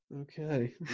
Okay